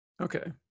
Okay